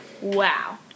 Wow